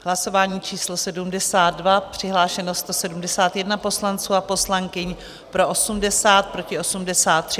Hlasování číslo 72, přihlášeno 171 poslanců a poslankyň, pro 80, proti 83.